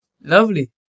Lovely